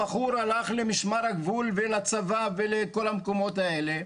הבחור הלך למשמר הגבול ולצבא ולכל המקומות האלה,